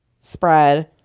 spread